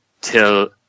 till